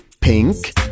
Pink